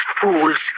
fools